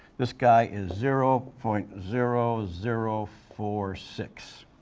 this guy is zero point zero zero four six